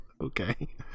Okay